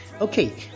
Okay